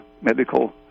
medical